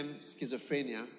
schizophrenia